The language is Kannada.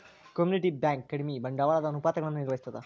ಕಮ್ಯುನಿಟಿ ಬ್ಯಂಕ್ ಕಡಿಮಿ ಬಂಡವಾಳದ ಅನುಪಾತಗಳನ್ನ ನಿರ್ವಹಿಸ್ತದ